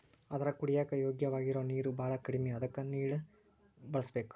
ಆದರ ಕುಡಿಯಾಕ ಯೋಗ್ಯವಾಗಿರು ನೇರ ಬಾಳ ಕಡಮಿ ಅದಕ ನೋಡಿ ಬಳಸಬೇಕ